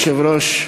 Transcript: אדוני היושב-ראש,